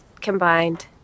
combined